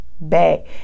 back